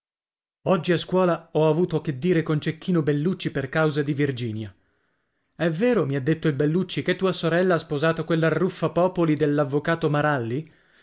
oggi a scuola ho avuto che dire con cecchino bellucci per causa di virginia è vero mi ha detto il bellucci che tua sorella ha sposato quell'arruffapopoli dell'avvocato maralli